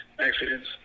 accidents